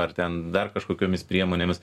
ar ten dar kažkokiomis priemonėmis